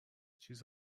چیز